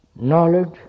knowledge